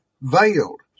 veiled